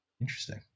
Interesting